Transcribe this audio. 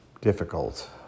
difficult